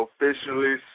officially